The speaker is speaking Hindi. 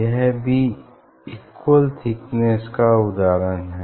यह भी इक्वल थिकनेस का उदाहरण है